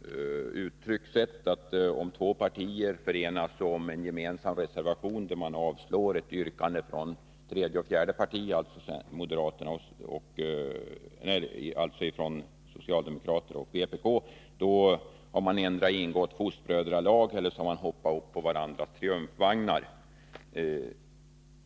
behöva konstatera att om två partier enas om en gemensam reservation, där man yrkar avslag på en hemställan från tredje och fjärde parti — alltså från socialdemokraterna och vpk — har man endera ingått fostbrödralag eller hoppat upp på varandras triumfvagnar.